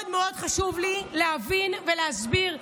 חשוב לי מאוד מאוד להבין ולהסביר,